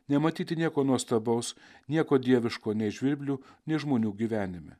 nematyti nieko nuostabaus nieko dieviško nei žvirblių nei žmonių gyvenime